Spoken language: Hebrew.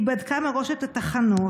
היא בדקה מראש את התחנות,